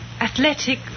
Athletic